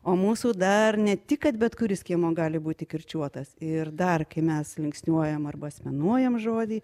o mūsų dar ne tik kad bet kuris skiemuo gali būti kirčiuotas ir dar kai mes linksniuojam arba asmenuojam žodį